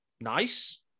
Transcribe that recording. nice